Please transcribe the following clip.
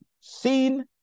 seen